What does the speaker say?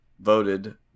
voted